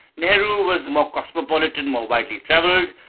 nehru was more cosmopolitan, more widely travelled,